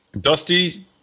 Dusty